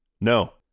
No